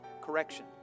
correction